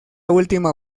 última